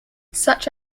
such